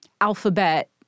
alphabet